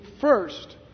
first